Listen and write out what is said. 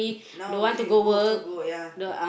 now see you go also go ya